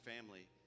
family